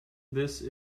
this